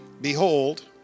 Behold